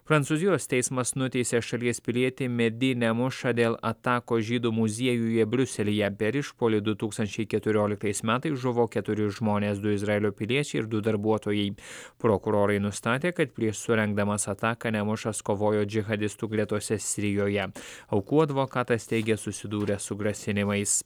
prancūzijos teismas nuteisė šalies pilietį medi nemušą dėl atakos žydų muziejuje briuselyje per išpuolį du tūkstančiai keturioliktais metais žuvo keturi žmonės du izraelio piliečiai ir du darbuotojai prokurorai nustatė kad prieš surengdamas ataką nemušas kovojo džihadistų gretose sirijoje aukų advokatas teigė susidūręs su grasinimais